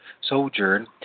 sojourn